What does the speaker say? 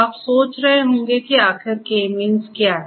आप सोच रहे होंगे कि आखिर ये K मींस क्या है